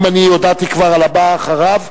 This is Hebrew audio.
האם הודעתי כבר על הבא אחריו?